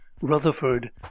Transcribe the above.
Rutherford